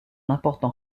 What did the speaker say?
important